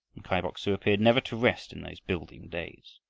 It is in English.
and kai bok-su appeared never to rest in those building days.